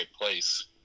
place